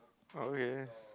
oh really